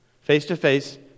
face-to-face